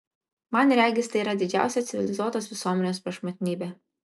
man regis tai yra didžiausia civilizuotos visuomenės prašmatnybė